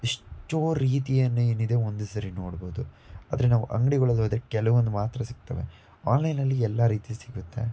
ಎಷ್ಟೋ ರೀತಿಯನ್ನೇನಿದೆ ಒಂದೇ ಸಾರಿ ನೋಡ್ಬೋದು ಆದರೆ ನಾವು ಅಂಗ್ಡಿಗಳಲ್ ಹೋದರೆ ಕೆಲವೊಂದು ಮಾತ್ರ ಸಿಗ್ತವೆ ಆನ್ಲೈನಲ್ಲಿ ಎಲ್ಲ ರೀತಿ ಸಿಗುತ್ತೆ